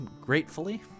gratefully